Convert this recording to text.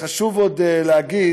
חשוב עוד להגיד,